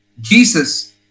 Jesus